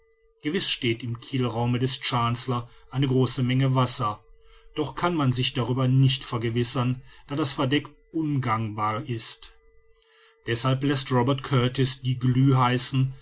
gewiß steht im kielraume des chancellor ein große menge wasser doch kann man sich darüber nicht vergewissern da das verdeck ungangbar ist deshalb läßt robert kurtis die